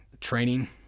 training